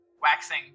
Waxing